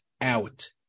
out